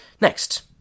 Next